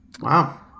Wow